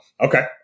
okay